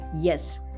Yes